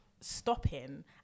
stopping